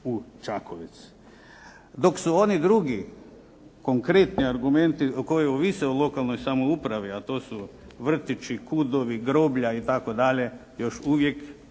Dok su oni drugi konkretni argumenti koji ovise o lokalnoj samoupravi, a to su vrtići, KUD-ovi, groblja itd. još uvijek